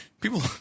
People